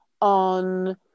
on